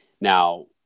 Now